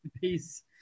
peace